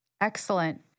Excellent